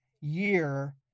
year